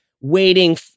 waiting